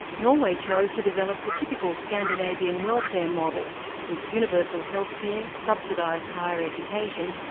norway chose to develop the typical scandinavian welfare model with universal health care, subsidised higher education,